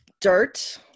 dirt